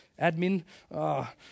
Admin